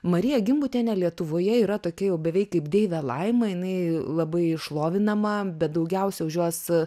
marija gimbutienė lietuvoje yra tokia jau beveik kaip deivė laima jinai labai šlovinama bet daugiausia už jos